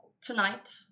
Tonight